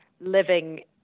living